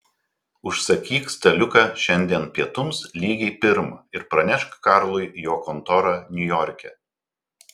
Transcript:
užsakyk staliuką šiandien pietums lygiai pirmą ir pranešk karlui į jo kontorą niujorke